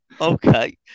okay